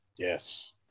Yes